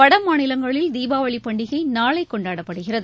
வடமாநிலங்களில் தீபாவளிபண்டிகைநாளைகொண்டாடப்படுகிறது